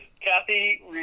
Kathy